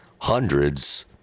hundreds